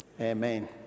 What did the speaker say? amen